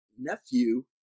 nephew